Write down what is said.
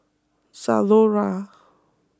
Zalora